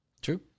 True